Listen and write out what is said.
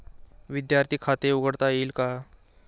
विद्यार्थी खाते उघडता येईल का?